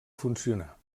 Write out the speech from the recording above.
funcionar